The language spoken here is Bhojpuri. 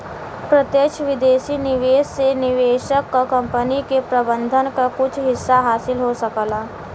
प्रत्यक्ष विदेशी निवेश से निवेशक क कंपनी के प्रबंधन क कुछ हिस्सा हासिल हो सकला